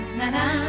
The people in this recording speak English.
na-na